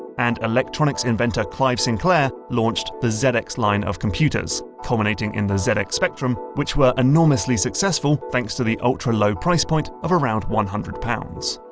and electronics inventor clive sinclair launched the zx line of computers culminating in the zx spectrum which were enormously successful thanks to the ultra low price point of around one hundred pounds.